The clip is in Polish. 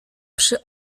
przy